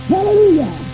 Hallelujah